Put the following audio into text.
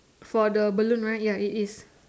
for the balloon right ya it is